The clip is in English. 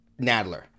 Nadler